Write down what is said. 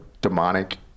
demonic